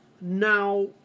now